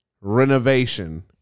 Renovation